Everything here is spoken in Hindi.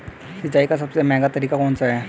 सिंचाई का सबसे महंगा तरीका कौन सा है?